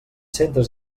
centres